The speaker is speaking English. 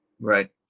Right